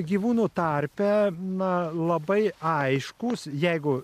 gyvūnų tarpe na labai aiškūs jeigu